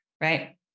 right